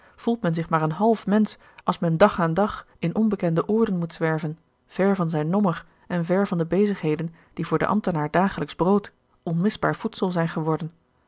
voelt men zich maar een half mensch als men dag aan dag in onbekende oorden moet zwerven ver van zijn nommer en ver van de bezigheden die voor den ambtenaar dagelijksch brood onmisbaar voedsel zijn geworden